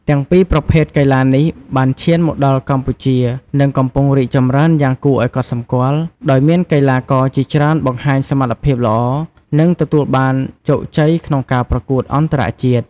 ទាំងពីរប្រភេទកីឡានេះបានឈានមកដល់កម្ពុជា និងកំពុងរីកចម្រើនយ៉ាងគួរឱ្យកត់សម្គាល់ ដោយមានកីឡាករជាច្រើនបង្ហាញសមត្ថភាពល្អ និងទទួលបានជោគជ័យក្នុងការប្រកួតអន្តរជាតិ។